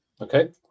Okay